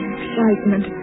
excitement